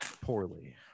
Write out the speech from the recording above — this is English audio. poorly